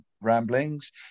ramblings